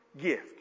gift